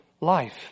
life